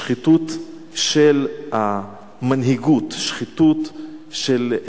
השחיתות של המנהיגות, שחיתות של,